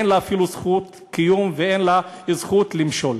אין לה אפילו זכות קיום ואין לה זכות למשול.